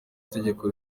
tegeko